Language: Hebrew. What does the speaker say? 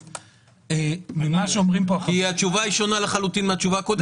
כי התשובה שונה לחלוטין מהתשובה הקודמת.